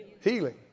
Healing